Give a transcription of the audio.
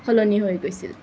সলনি হৈ গৈছিল